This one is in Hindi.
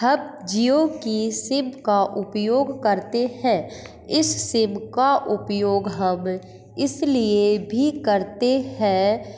हम जियो की सिम का उपयोग करते हैं इस सिम का उपयोग हम इसलिए भी करते हैं